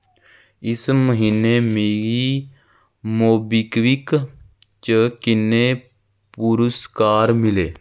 इस म्हीने मिगी मोबीक्विक च किन्ने पुरस्कार मिले